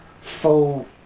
full